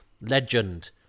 legend